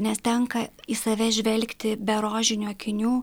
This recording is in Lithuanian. nes tenka į save žvelgti be rožinių akinių